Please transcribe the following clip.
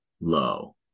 low